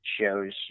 shows